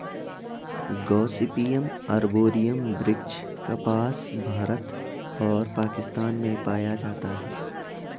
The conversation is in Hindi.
गॉसिपियम आर्बोरियम वृक्ष कपास, भारत और पाकिस्तान में पाया जाता है